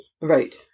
Right